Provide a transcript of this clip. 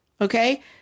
Okay